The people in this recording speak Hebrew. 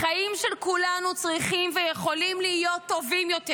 החיים של כולנו צריכים ויכולים להיות טובים יותר.